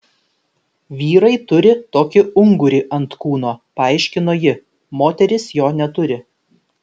vyrai turi tokį ungurį ant kūno paaiškino ji moterys jo neturi